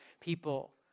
people